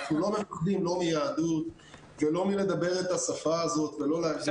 אנחנו לא מפחדים לא מיהדות ולא מלדבר את השפה הזאת ולא להגיד את זה.